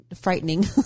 frightening